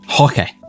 Okay